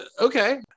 okay